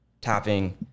tapping